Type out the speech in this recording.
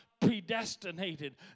predestinated